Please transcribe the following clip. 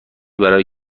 برای